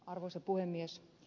arvoisa puhemies